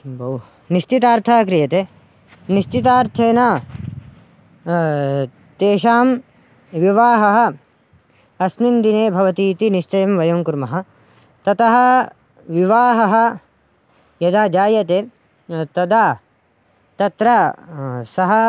बहु निश्चितार्था क्रियते निश्चितार्थेन तेषां विवाहः अस्मिन् दिने भवति इति निश्चयं वयं कुर्मः ततः विवाहः यदा जायते तदा तत्र सः